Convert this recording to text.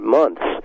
months